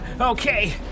Okay